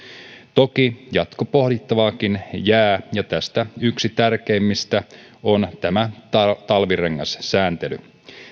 toki jatkopohdittavaakin jää ja tässä yksi tärkeimmistä on tämä talvirengassääntely